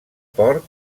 porc